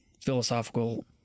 philosophical